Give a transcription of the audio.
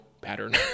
pattern